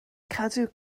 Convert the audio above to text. cadw